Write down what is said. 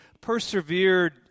persevered